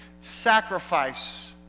sacrifice